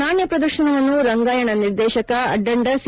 ನಾಣ್ಯ ಪ್ರದರ್ಶನವನ್ನು ರಂಗಾಯಣ ನಿರ್ದೇಶಕ ಅಡ್ದಂಡ ಸಿ